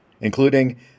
including